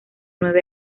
nueve